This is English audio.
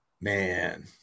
Man